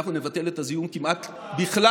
אנחנו נבטל את הזיהום כמעט בכלל.